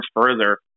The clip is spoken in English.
further